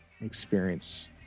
experience